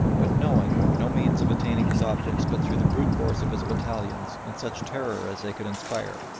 but knowing no means of attaining his objects but through the brute force of his battalions and such terror as they could inspire,